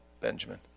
Benjamin